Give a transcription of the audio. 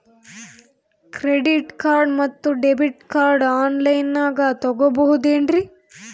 Credit card ಮತ್ತು debit card ಆನ್ ಲೈನಾಗ್ ತಗೋಬಹುದೇನ್ರಿ?